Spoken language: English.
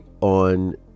on